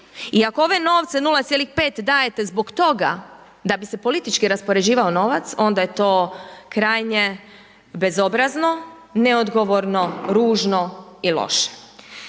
i ako ove novce 0,5 dajete zbog toga da bi se politički raspoređivao novac onda je to krajnje bezobrazno, neodgovorno, ružno i loše.